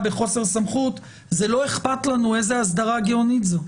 בחוסר סמכות זה "לא אכפת לנו איזו אסדרה גאונית זאת",